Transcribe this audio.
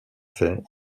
fait